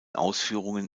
ausführungen